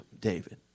David